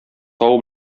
тау